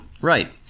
Right